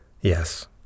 Yes